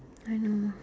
I know